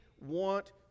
want